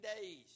days